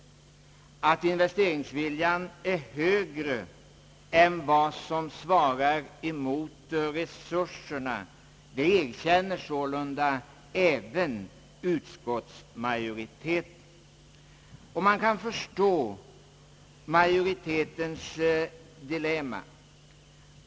Att investeringsviljan är högre än vad som svarar mot resurserna, det erkänner sålunda även utskottsmajoriteten. Man kan förstå majoritetens dilemma.